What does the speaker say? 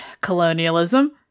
colonialism